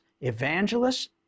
evangelists